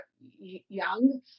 young